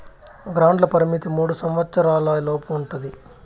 గ్రాంట్ల పరిమితి మూడు సంవచ్చరాల లోపు ఉంటది